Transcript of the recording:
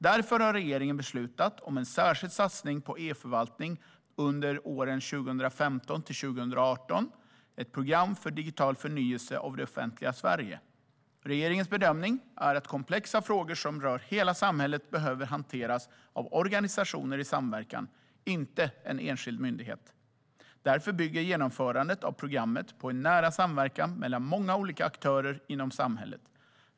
Därför har regeringen beslutat om en särskild satsning på e-förvaltning under 2015-2018 - ett program för digital förnyelse av det offentliga Sverige. Regeringens bedömning är att komplexa frågor som rör hela samhället behöver hanteras av organisationer i samverkan, inte av en enskild myndighet. Därför bygger genomförandet av programmet på nära samverkan mellan många olika aktörer inom samhället.